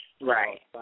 Right